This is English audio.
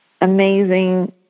amazing